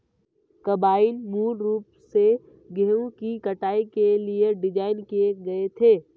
combine मूल रूप से गेहूं की कटाई के लिए डिज़ाइन किए गए थे